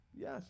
Yes